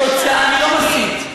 יופי.